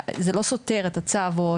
זה לא סותר את הצו.